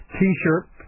T-shirt